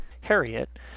Harriet